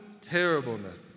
terribleness